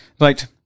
right